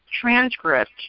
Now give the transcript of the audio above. transcript